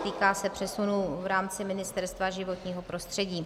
Týká se přesunu v rámci Ministerstva životního prostředí.